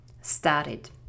started